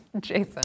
Jason